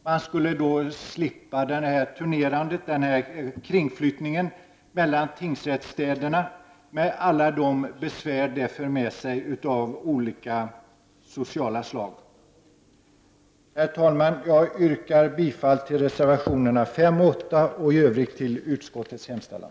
Man skulle då slippa kringflyttningen mellan tingsrättsstäderna med alla de olika sociala besvär som denna för med sig. Herr talman! Jag yrkar bifall till reservationerna 5 och 8 samt i övrigt till utskottets hemställan.